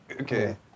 Okay